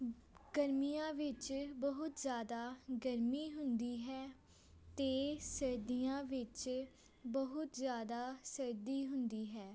ਗਰਮੀਆਂ ਵਿੱਚ ਬਹੁਤ ਜ਼ਿਆਦਾ ਗਰਮੀ ਹੁੰਦੀ ਹੈ ਅਤੇ ਸਰਦੀਆਂ ਵਿੱਚ ਬਹੁਤ ਜ਼ਿਆਦਾ ਸਰਦੀ ਹੁੰਦੀ ਹੈ